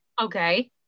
Okay